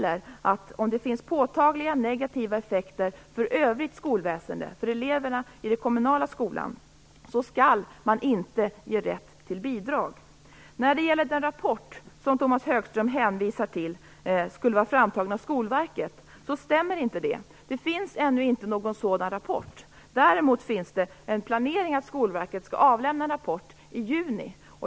Om det finns påtagliga negativa effekter för det övriga skolväsendet, för eleverna i den kommunala skolan, gäller att man inte skall ge rätt till bidrag. Det stämmer inte att den rapport som Tomas Högström hänvisade till skulle vara framtagen av Skolverket. Det finns ännu inte någon sådan rapport. Däremot är det planerat att Skolverket skall avlämna en rapport i juni.